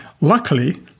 Luckily